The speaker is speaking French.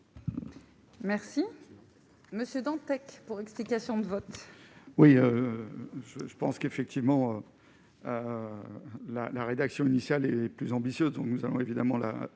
Merci monsieur Dantec pour explication de vote. Oui, je pense qu'effectivement la la rédaction initiale et plus ambitieuse, donc nous allons évidemment la